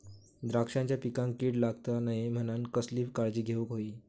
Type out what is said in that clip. द्राक्षांच्या पिकांक कीड लागता नये म्हणान कसली काळजी घेऊक होई?